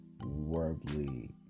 Worldly